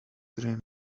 grin